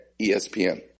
ESPN